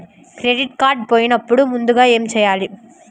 Credit card పోయినపుడు ముందుగా ఏమి చేయాలి?